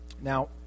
Now